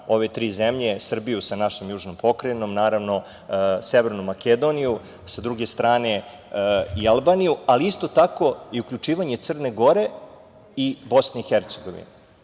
ove tri zemlje, Srbiju sa našom južnom pokrajinom, naravno, Severnu Makedoniju, sa druge strane i Albaniju, ali isto tako i uključivanje Crne Gore i BiH. Pogotovo